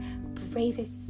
bravest